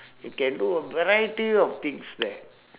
you can do a variety of things there